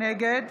נגד